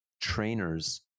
trainers